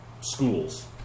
schools